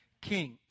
king